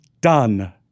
done